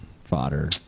fodder